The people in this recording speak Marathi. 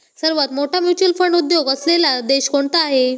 सर्वात मोठा म्युच्युअल फंड उद्योग असलेला देश कोणता आहे?